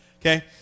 Okay